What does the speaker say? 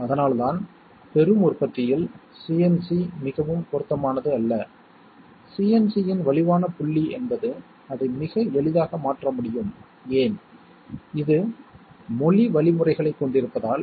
அதற்கு நாம் A' மற்றும் B' ஆகியவற்றையும் எழுதி வைத்துள்ளோம் எனவே A என்பது 1 1 0 0 என்றால் A' என்பது 0 0 1 1 ஆக இருக்க வேண்டும்